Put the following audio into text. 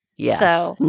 Yes